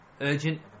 Urgent